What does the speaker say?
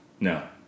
No